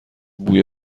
بوی